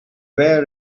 were